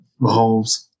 Mahomes